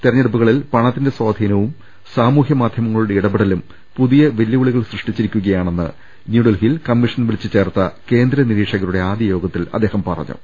തെരഞ്ഞെടുപ്പുകളിൽ പണത്തിന്റെ സ്വാധീനവും സാമൂഹ്യ മാധ്യമങ്ങളുടെ ഇടപെടലും പുതിയ വെല്ലുവിളികൾ സൃഷ്ടിച്ചിരിക്കുകയാണെന്ന് ന്യൂഡൽഹിയിൽ കമ്മീഷൻ വിളിച്ചു ചേർത്ത കേന്ദ്ര നിരീക്ഷകരുടെ ആദ്യയോഗത്തിൽ അദ്ദേഹം പറഞ്ഞു